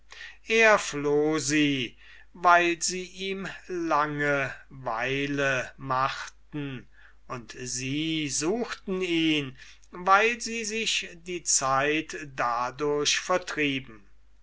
er floh sie weil sie ihm langeweile machten und sie suchten ihn weil sie sich die zeit dadurch vertrieben